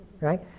right